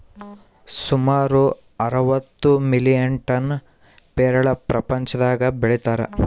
ಸುಮಾರು ಅರವತ್ತು million tonne ಪೇರಲ ಪ್ರಪಂಚದಾಗ ಬೆಳೀತಾರ